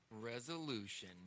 Resolution